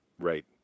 Right